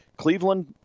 Cleveland